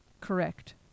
correct